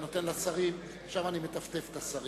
אני נותן לשרים, עכשיו אני מטפטף את השרים.